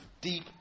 deep